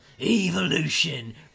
Evolution